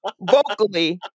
Vocally